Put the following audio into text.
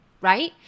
right